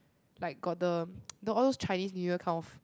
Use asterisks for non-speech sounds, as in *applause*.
like got the *noise* all those Chinese New Year kind of